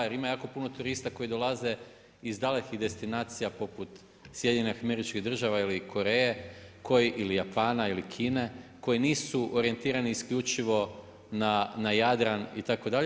Jer ima jako puno turista koji dolaze iz dalekih destinaciji poput SAD-a ili Koreje, koji ili Japana ili Kine koji nisu orijentirani isključivo na Jadran itd.